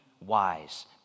wise